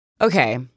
Okay